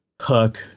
hook